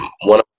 one